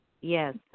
yes